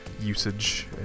Usage